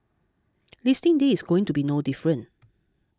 listing day is going to be no different